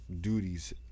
duties